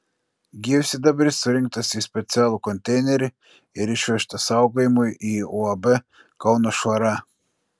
gyvsidabris surinktas į specialų konteinerį ir išvežtas saugojimui į uab kauno švara